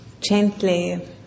gently